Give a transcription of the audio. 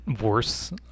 worse